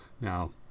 Now